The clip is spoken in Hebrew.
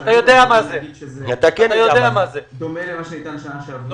אני יכול להגיד שזה דומה למה שניתן שנה שעברה.